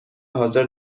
حاضر